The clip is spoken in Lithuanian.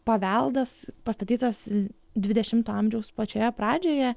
paveldas pastatytas dvidešimto amžiaus pačioje pradžioje